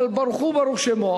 אבל ברוך הוא וברוך שמו,